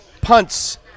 Punts